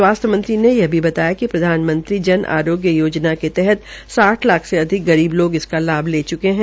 स्वास्थ्य मंत्री ने यह भी बताया कि प्रधानमंत्री जन आरोग्य योजना के तहत साठ लाख से अधिक गरीब लोग इसका लाभ ले च्के है